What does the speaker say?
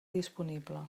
disponible